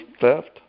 theft